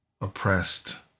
oppressed